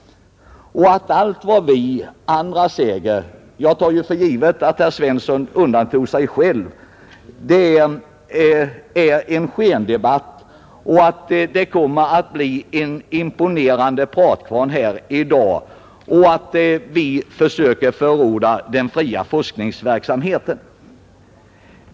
Herr Svensson sade också att allt vad vi andra säger — jag tar för givet att han undantog sig själv — är en skendebatt, att det kommer att bli en imponerande pratkvarn här i dag och att vi försöker förråda den fria forskningsverksamheten.